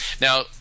now